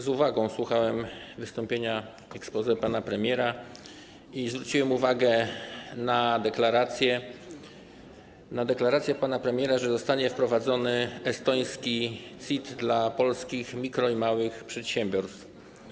Z uwagą słuchałem wystąpienia, exposé pana premiera i zwróciłem uwagę na deklarację pana premiera, że zostanie wprowadzony estoński CIT dla polskich mikro- i małych przedsiębiorstw.